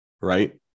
right